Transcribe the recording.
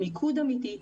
אלא מיקוד אמיתי.